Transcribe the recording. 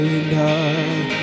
enough